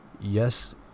yes